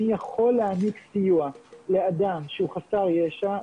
מי יכול להעניק סיוע לאדם שהוא חסר ישע,